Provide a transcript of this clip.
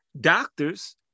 Doctors